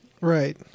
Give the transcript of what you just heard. Right